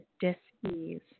dis-ease